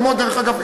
דרך אגב,